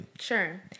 Sure